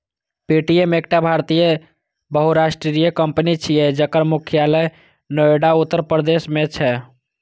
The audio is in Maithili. पे.टी.एम एकटा भारतीय बहुराष्ट्रीय कंपनी छियै, जकर मुख्यालय नोएडा, उत्तर प्रदेश मे छै